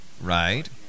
Right